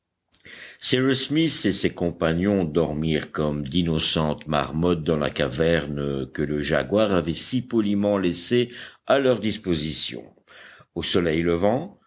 et ses compagnons dormirent comme d'innocentes marmottes dans la caverne que le jaguar avait si poliment laissée à leur disposition au soleil levant